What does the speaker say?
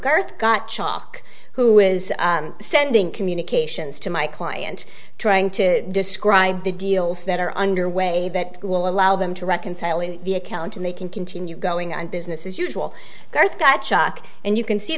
gerth got shock who is sending communications to my client trying to describe the deals that are underway that will allow them to reconcile in the account and they can continue going on business as usual garth that shock and you can see